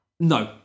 No